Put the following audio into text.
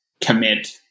commit